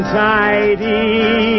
tidy